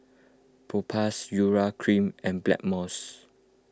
Propass Urea Cream and Blackmores